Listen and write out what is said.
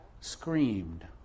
screamed